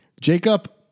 Jacob